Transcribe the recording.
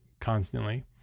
constantly